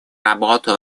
работу